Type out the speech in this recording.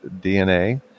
DNA